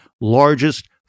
largest